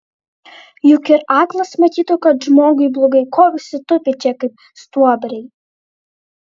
juk ir aklas matytų kad žmogui blogai ko visi tupi čia kaip stuobriai